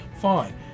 Fine